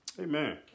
Amen